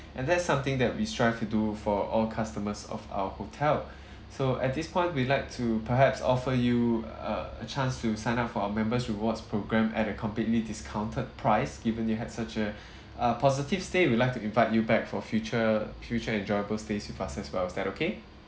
and that's something that we strive to do for all customers of our hotel so at this point we'd like to perhaps offer you a a chance to sign up for our member's rewards programme at a completely discounted price given you had such a a positive stay we'd like to invite you back for future future enjoyable stays with us as well is that okay